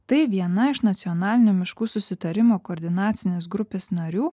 tai viena iš nacionalinio miškų susitarimo koordinacinės grupės narių